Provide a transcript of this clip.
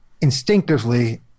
instinctively